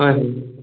হয়